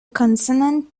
consonant